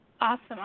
Awesome